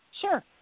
Sure